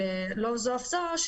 לא זו אף זו,